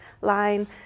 line